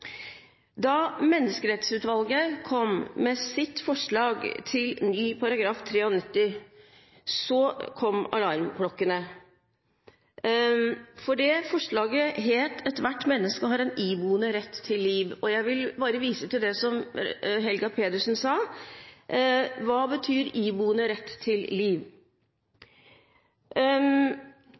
Da Menneskerettighetsutvalget kom med sitt forslag til ny § 93, ringte alarmklokkene, for forslaget lød: «Ethvert Menneske har en iboende Ret til Liv.» Jeg vil bare vise til det som Helga Pedersen sa: Hva betyr «iboende Ret til Liv»?